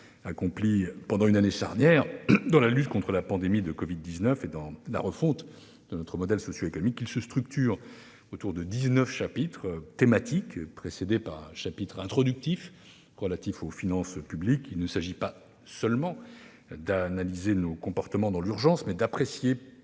accompli pendant une année charnière dans la lutte contre la pandémie de covid-19 et dans la refonte de notre modèle socioéconomique. Il se structure autour de dix-neuf chapitres thématiques, précédés par un chapitre introductif relatif aux finances publiques. Il s'agit non pas seulement d'analyser nos comportements dans l'urgence, mais d'apprécier